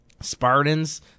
Spartans